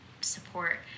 support